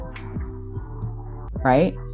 right